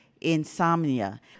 insomnia